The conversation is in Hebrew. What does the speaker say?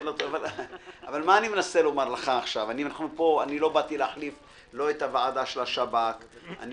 לא באתי להחליף את הוועדה של השב"כ או